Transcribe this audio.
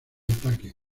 ataque